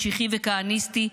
משיחי וכהניסטי,